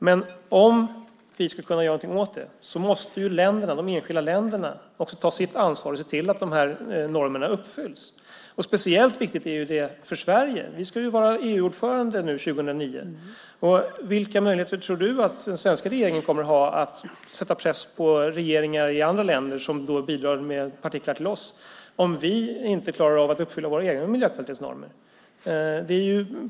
Men om vi ska kunna göra någonting åt det måste de enskilda länderna också ta sitt ansvar och se till att de här normerna uppfylls. Speciellt viktigt är det för Sverige. Vi ska ju vara EU-ordförande 2009. Vilka möjligheter tror du att den svenska regeringen kommer att ha för att sätta press på regeringar i andra länder som bidrar med partiklar till oss om vi inte klarar av att uppfylla våra egna miljökvalitetsnormer?